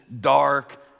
dark